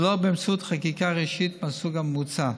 ולא באמצעות חקיקה ראשית מהסוג המוצע.